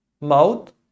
mouth